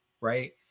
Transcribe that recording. right